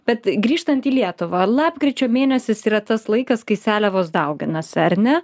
bet grįžtant į lietuvą lapkričio mėnesis yra tas laikas kai seliavos dauginasi ar ne